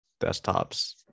desktops